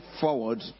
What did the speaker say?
forward